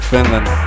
Finland